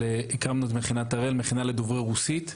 אבל הקמנו את מכינת הראל, מכינה לדוברי רוסית.